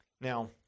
Now